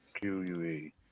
Q-U-E